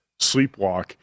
sleepwalk